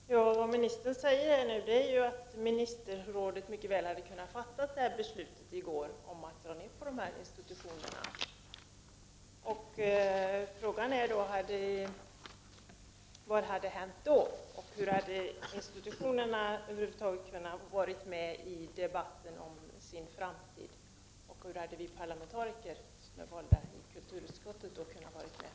Herr talman! Vad ministern säger nu är ju att ministerrådet mycket väl hade kunnat fatta ett beslut i går om att dra ned på de här institutionerna. Frågan är: Vad hade hänt då? Hade institutionerna över huvud taget kunnat vara med i debatten om sin framtid? Och hur hade vi parlamentariker som är valda till utskottet kunnat vara med?